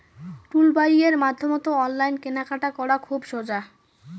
টুলবাইয়ের মাধ্যমত অনলাইন কেনাকাটা করা খুব সোজা